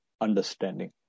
understanding